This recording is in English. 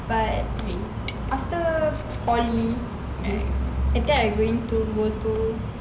but after poly like later I going to